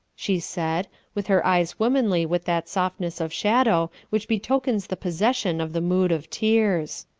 she said, with her eyes womanly with that softness of shadow which betokens the possession of the mood of tears.